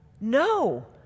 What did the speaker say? No